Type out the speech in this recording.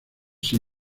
sin